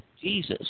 Jesus